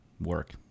work